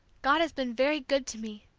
god has been very good to me,